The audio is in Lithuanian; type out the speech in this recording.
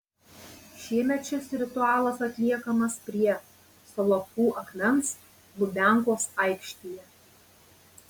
šiemet šis ritualas atliekamas prie solovkų akmens lubiankos aikštėje